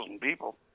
people